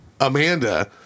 Amanda